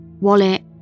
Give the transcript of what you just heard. wallet